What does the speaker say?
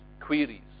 queries